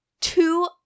two